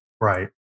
Right